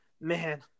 man